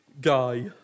guy